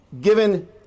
given